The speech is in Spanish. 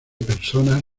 persona